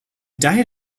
diet